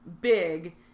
big